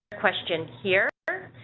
question here,